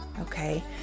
okay